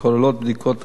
הכוללות בדיקות ראייה,